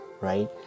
right